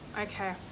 okay